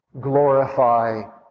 glorify